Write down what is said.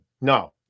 No